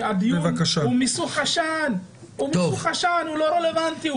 הדיון הוא מיסוך עשן, הוא לא רלוונטי.